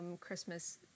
Christmas